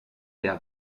der